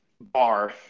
bar